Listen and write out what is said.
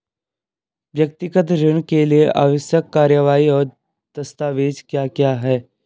व्यक्तिगत ऋण के लिए आवश्यक कार्यवाही और दस्तावेज़ क्या क्या हैं?